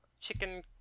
chicken